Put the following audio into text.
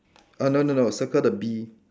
uh no no no circle the bee